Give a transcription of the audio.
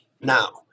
Now